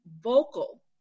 vocal